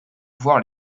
voir